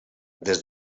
des